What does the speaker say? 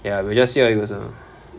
ya we just wait